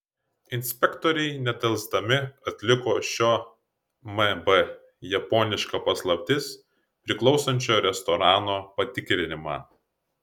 inspektoriai nedelsdami atliko šio mb japoniška paslaptis priklausančio restorano patikrinimą